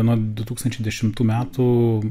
nuo du tūkstančiai dešimtų metų